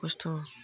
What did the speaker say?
खस्थ'